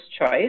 choice